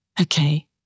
Okay